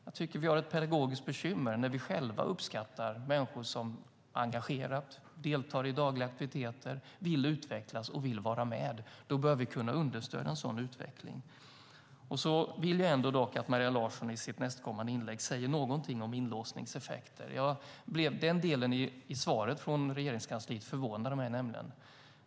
Jag tycker att vi har ett pedagogiskt bekymmer när vi själva uppskattar människor som engagerat deltar i dagliga aktiviteter, som vill utvecklas och som vill vara med. Då bör vi kunna understödja en sådan utveckling. Jag vill ändå att Maria Larsson i sitt nästkommande inlägg säger någonting om inlåsningseffekter. Den delen i svaret från Regeringskansliet förvånade mig nämligen.